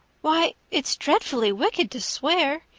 why it's dreadfully wicked to swear,